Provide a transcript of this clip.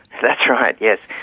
that's right, yes.